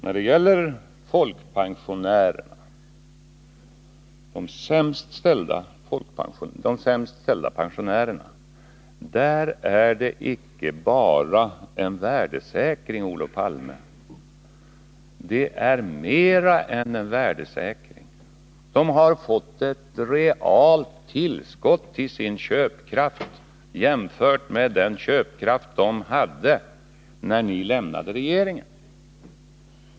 När det gäller folkpensionärerna, de sämst ställda pensionärerna, är det icke bara fråga om en värdesäkring, Olof Palme. Det är mera än en värdesäkring. Folkpensionärerna har fått ett realt tillskott till sin köpkraft, jämfört med den köpkraft de hade när socialdemokraterna lämnade regeringen.